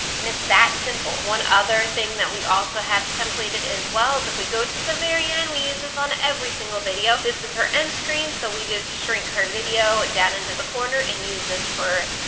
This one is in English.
and it's that simple. one other thing that we also have templated as well is if we go to the very end, we use this on every single video, this is her end screen so we just shrink her video down into the corner and use this for,